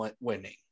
winning